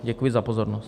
Děkuji za pozornost,.